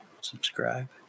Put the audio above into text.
subscribe